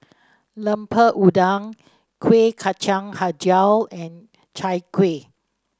Lemper Udang Kuih Kacang hijau and Chai Kueh